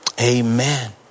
Amen